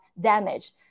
damage